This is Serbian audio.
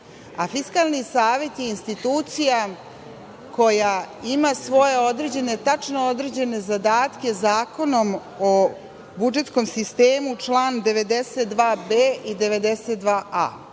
A Fiskalni savet je institucija koja ima svoje određene tačno određene zadatke Zakonom o budžetskom sistemu član 92b i 92a.